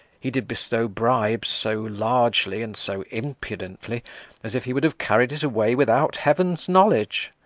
he did bestow bribes so largely and so impudently as if he would have carried it away without heaven's knowledge.